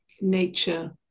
nature